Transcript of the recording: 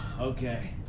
Okay